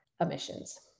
emissions